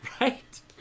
right